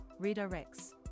redirects